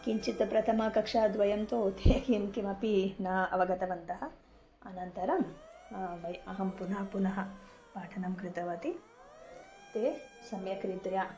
किञ्चित् प्रथमकक्षाद्वयं तु ते किं किमपि न अवगतवन्तः अनन्तरं वयम् अहं पुनः पुनः पाठनं कृतवती ते सम्यक्रीत्या